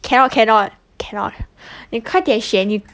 cannot cannot cannot 你快点选你